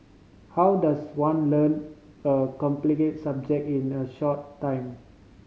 how does one learn a complicated subject in a short time